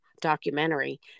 documentary